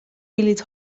بلیط